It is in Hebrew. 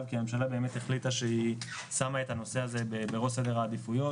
כרי הממשלה באמת החליטה שהיא שמה א הנושא הזה בראש סדר העדיפויות.